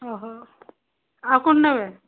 ଓହୋ ଆଉ କ'ଣ ନେବେ